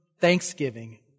Thanksgiving